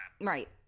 right